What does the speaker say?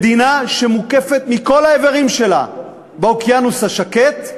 מדינה שמוקפת מכל העברים שלה באוקיינוס השקט,